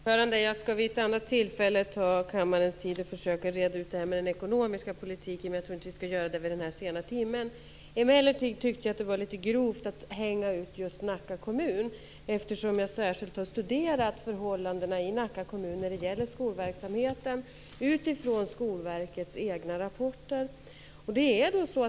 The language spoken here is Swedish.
Fru talman! Jag skall vid ett annat tillfälle ta kammarens tid i anspråk för att försöka reda ut det här med den ekonomiska politiken. Jag tror inte att vi skall göra det vid den här sena timmen. Emellertid tyckte jag att det var litet grovt att hänga ut just Nacka kommun, eftersom jag särskilt har studerat förhållandena i Nacka kommun när det gäller skolverksamheten utifrån Skolverkets egna rapporter.